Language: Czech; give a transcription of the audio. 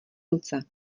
ruce